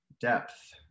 depth